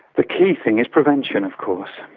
the key thing is prevention of course,